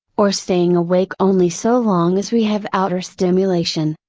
or staying awake only so long as we have outer stimulation.